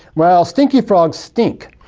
well, stinky frogs stink,